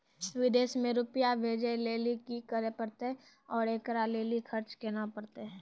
विदेश मे रुपिया भेजैय लेल कि करे परतै और एकरा लेल खर्च केना परतै?